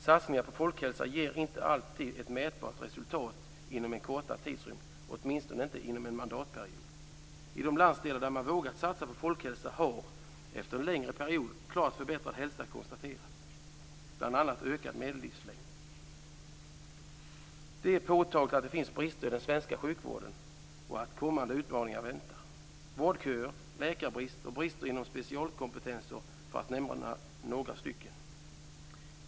Satsningar på folkhälsa ger inte alltid ett mätbart resultat inom en kortare tidsrymd, åtminstone inte inom en mandatperiod. I de landsdelar där man vågat satsa på folkhälsa har efter en längre period klart förbättrad hälsa konstaterats, bl.a. ökad medellivslängd. Det är påtagligt att det finns brister i den svenska sjukvården och att kommande utmaningar väntar - vårdköer, läkarbrist och brister inom specialistkompetenser för att nämna några.